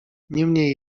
niemniej